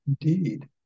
Indeed